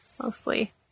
mostly